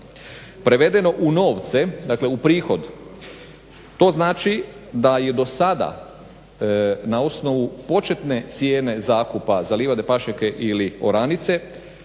Prevedeno u novce dakle u prihod to znači da je do sada na osnovu početnu cijene zakupa za livade, pašnjake ili oranice